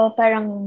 parang